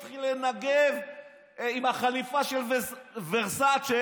התחיל לנגב בחליפה של ורסצ'ה.